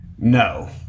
No